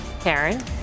Karen